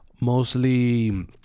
mostly